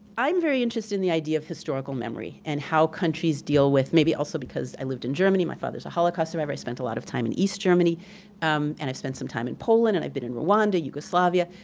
i'm very interested in the idea of historical memory and how countries deal with, maybe also because i lived in germany, my father's a holocaust survivor, i spent a lot of time in east germany um and i've spent some time in poland, and i've been in rwanda, yugoslavia,